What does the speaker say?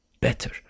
better